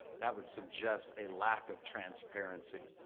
that would suggest a lack of transparency,